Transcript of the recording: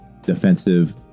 defensive